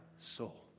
soul